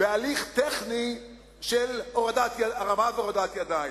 בהליך טכני של הרמה והורדת ידיים.